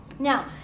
Now